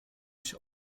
się